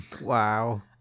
Wow